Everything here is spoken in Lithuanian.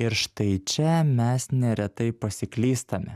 ir štai čia mes neretai pasiklystame